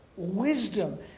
Wisdom